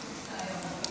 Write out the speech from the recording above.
תודה רבה,